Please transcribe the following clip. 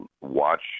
Watch